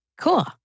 Cool